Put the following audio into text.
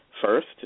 first